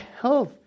health